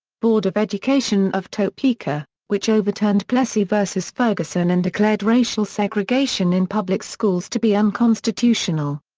board of education of topeka, which overturned plessy vs. ferguson and declared racial segregation in public schools to be unconstitutional.